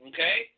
Okay